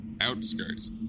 outskirts